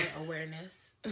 awareness